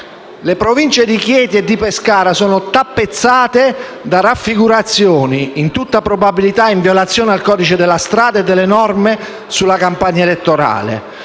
Le province di Chieti e di Pescara sono tappezzate da raffigurazioni, in tutta probabilità in violazione del codice della strada e delle norme sulla campagna elettorale.